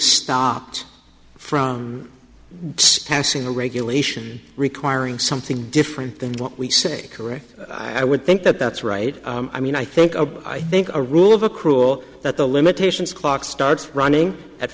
stopped from passing a regulation requiring something different than what we say correct i would think that that's right i mean i think a i think a rule of a cruel that the limitations clock starts running at